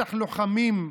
ובטח לוחמים,